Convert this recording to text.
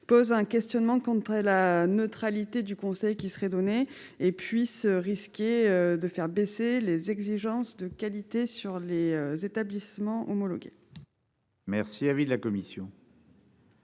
posent un questionnement quant à la neutralité du Conseil qui serait donnée et puisse risquer de faire baisser les exigences de qualité sur les établissements homologués. Merci, avis de la commission.